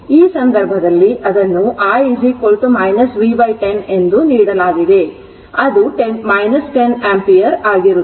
ಆದ್ದರಿಂದ ಈ ಸಂದರ್ಭದಲ್ಲಿ ಅದನ್ನು i v 10 ಎಂದು ನೀಡಲಾಗಿದೆ ಅದು 10 ಆಂಪಿಯರ್ ಆಗಿರುತ್ತದೆ